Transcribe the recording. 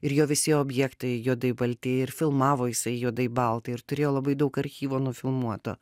ir jo visi objektai juodai balti ir filmavo jisai juodai balta ir turėjo labai daug archyvo nufilmuoto